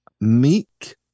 Meek